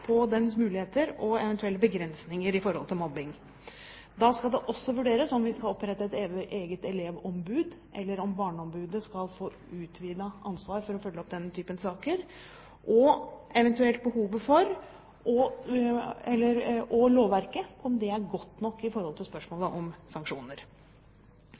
på lovens muligheter og eventuelle begrensninger når det gjelder mobbing. Da skal det også vurderes om vi skal opprette et eget elevombud eller om barneombudet skal få utvidet ansvar for å følge opp denne typen saker, og om lovverket er godt nok når det gjelder spørsmålet om sanksjoner. Departementet vil i